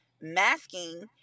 Masking